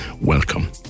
welcome